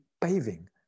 paving